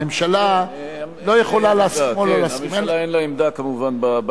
הממשלה לא יכולה להסכים או לא להסכים.